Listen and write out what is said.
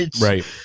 right